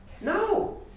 No